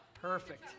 Perfect